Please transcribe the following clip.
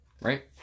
right